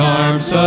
arms